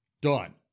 Done